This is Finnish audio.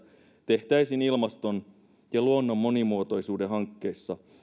tehtäisiin ilmaston ja luonnon monimuotoisuuden hankkeissa